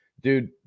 Dude